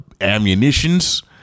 ammunitions